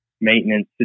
maintenance